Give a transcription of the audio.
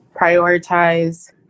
prioritize